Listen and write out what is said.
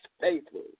faithful